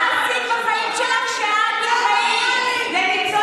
הם איימו עליו וקיללו